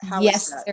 yes